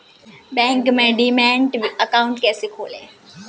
Bank में demat account कैसे खोलें?